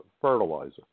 fertilizer